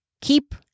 keep